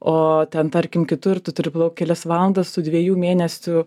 o ten tarkim kitur tu turi plaukt kelias valandas su dviejų mėnesių